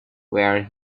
where